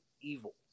Evil